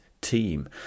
team